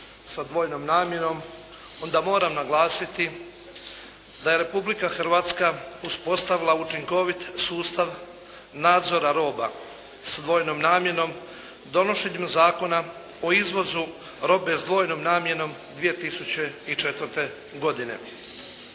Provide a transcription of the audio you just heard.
sa dvojnom namjenom onda moram naglasiti da je Republika Hrvatska uspostavila učinkovit sustav nadzora roba s dvojnom namjenom donošenjem Zakona o izvozu robe s dvojnom namjenom 2004. godine.